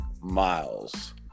Miles